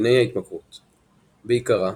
מאפייני ההתמכרות בעיקרה,